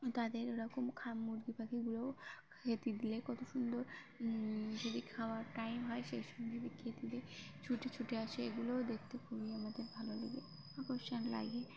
তাদের এরকম মুরগি পাখিগুলোও খেতে দিলে কত সুন্দর যদি খাওয়ার টাইম হয় সেই সময় যদি খেতে দিই ছুটে ছুটে আসে এগুলোও দেখতে খুবই আমাদের ভালো লাগে আকর্ষণ লাগে